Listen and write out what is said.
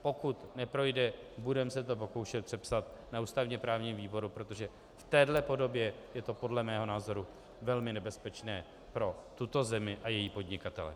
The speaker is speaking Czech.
Pokud neprojde, budeme se to pokoušet přepsat na ústavněprávním výboru, protože v téhle podobě je to podle mého názoru velmi nebezpečné pro tuto zemi a její podnikatele.